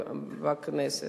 עברה בכנסת,